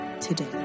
today